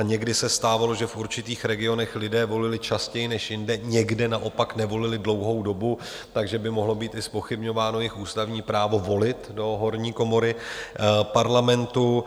Někdy se stávalo, že v určitých regionech lidé volili častěji než jinde, někde naopak nevolili dlouhou dobu, takže by mohlo být i zpochybňováno jejich ústavní právo volit do horní komory Parlamentu.